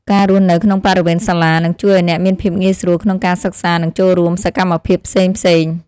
ការរស់នៅក្នុងបរិវេណសាលានឹងជួយឱ្យអ្នកមានភាពងាយស្រួលក្នុងការសិក្សានិងចូលរួមសកម្មភាពផ្សេងៗ។